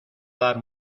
dar